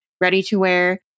ready-to-wear